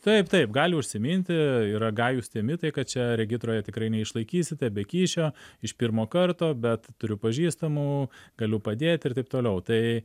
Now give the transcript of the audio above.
taip taip gali užsiminti yra gajūs mitai kad čia regitroje tikrai neišlaikysite be kyšio iš pirmo karto bet turiu pažįstamų galiu padėti ir taip toliau tai